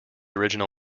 original